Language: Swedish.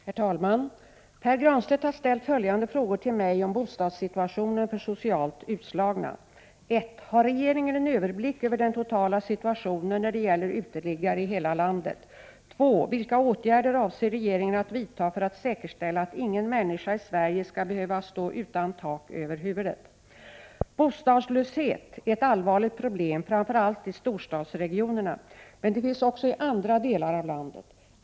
Herr talman! Pär Granstedt har ställt följande frågor till mig om bostadssituationen för socialt utslagna: Bostadslöshet är ett allvarligt problem framför allt i storstadsregionerna, men det finns också i andra delar av landet.